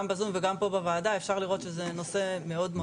גם בזום וגם פה בוועדה אפשר לראות שהנושא הוא נושא מאוד מהותי.